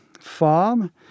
farm